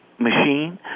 machine